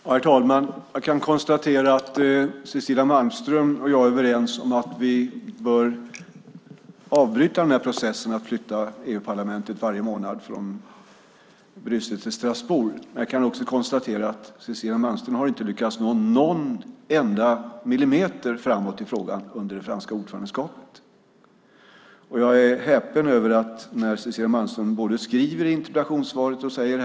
Herr talman! Jag kan konstatera att Cecilia Malmström och jag är överens om att vi bör avbryta processen att flytta EU-parlamentet varje månad från Bryssel till Strasbourg. Jag kan också konstatera att Cecilia Malmström inte har lyckats nå någon enda millimeter framåt i frågan under det franska ordförandeskapet. Jag är häpen över att man när fransmännen säger att de inte vill diskutera detta nöjer sig med det svaret.